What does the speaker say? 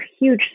huge